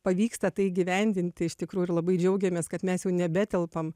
pavyksta tai įgyvendinti iš tikrųjų ir labai džiaugiamės kad mes jau nebetelpam